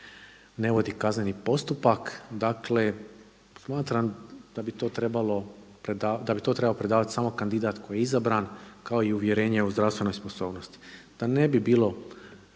ne vodi kazneni postupak. Dakle, smatram da bi to trebao predavati samo kandidat koji je izabran kao i uvjerenje o zdravstvenoj sposobnosti. Da ne bi bilo